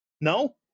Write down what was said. No